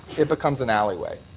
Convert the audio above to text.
it becomes an alleyway.